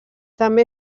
també